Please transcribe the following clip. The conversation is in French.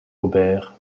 aubert